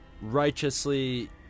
righteously